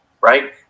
right